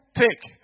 take